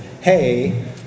hey